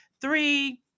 three